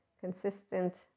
consistent